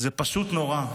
זה פשוט נורא.